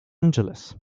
angeles